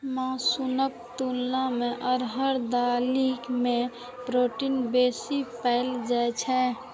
मासुक तुलना मे अरहर दालि मे प्रोटीन बेसी पाएल जाइ छै